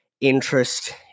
interest